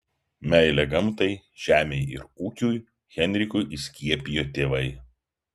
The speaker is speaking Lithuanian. meilę gamtai žemei ir ūkiui henrikui įskiepijo tėvai